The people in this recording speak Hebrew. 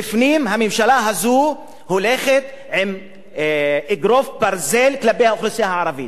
בפנים הממשלה הזאת הולכת עם אגרוף ברזל כלפי האוכלוסייה הערבית,